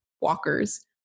walkers